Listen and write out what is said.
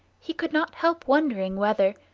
he could not help wondering whether,